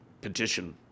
petition